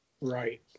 Right